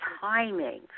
timing